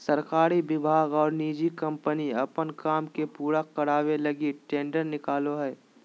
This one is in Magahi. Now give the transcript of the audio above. सरकारी विभाग और निजी कम्पनी अपन काम के पूरा करावे लगी टेंडर निकालो हइ